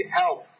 help